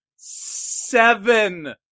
seven